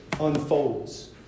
unfolds